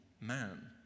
man